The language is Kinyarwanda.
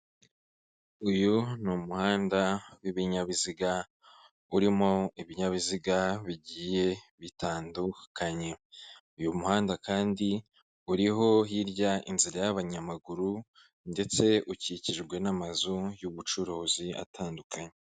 Uyu ni umuhanda w'ibinyabiziga, urimo ibinyabiziga bigiye bitandukanye, uyu muhanda kandi uriho hirya inzira y'abanyamaguru ndetse ukikijwe n'amazu y'ubucuruzi atandukanye.